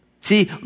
See